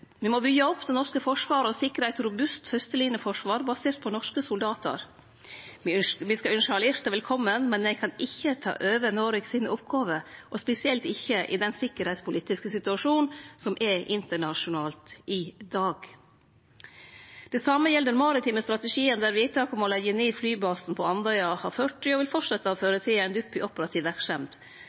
Me må byggje opp det norske forsvaret og sikre eit robust fyrstelinjeforsvar basert på norske soldatar. Me skal ynskje allierte velkomne, men dei kan ikkje ta over Noregs oppgåver, og spesielt ikkje i den sikkerheitspolitiske situasjonen som er internasjonalt i dag. Det same gjeld den maritime strategien, der vedtaket om å leggje ned flybasen på Andøya har ført til og vil fortsetje å føre til ein dupp i operativ verksemd.